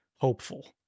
Hopeful